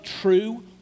true